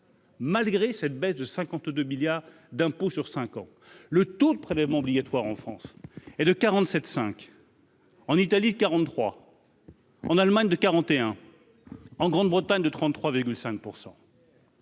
Malgré cette baisse de 52 milliards d'impôts sur 5 ans, le taux de prélèvements obligatoires en France et de 47 5. En Italie, 43 en Allemagne de 41 en Grande Bretagne de 33,5 %.